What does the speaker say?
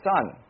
son